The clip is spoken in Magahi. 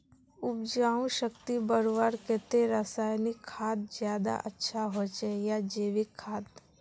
उपजाऊ शक्ति बढ़वार केते रासायनिक खाद ज्यादा अच्छा होचे या जैविक खाद?